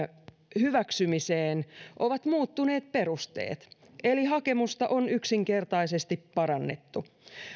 hyväksymiseen ovat muuttuneet perusteet eli hakemusta on yksinkertaisesti parannettu